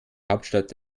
hauptstadt